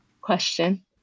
question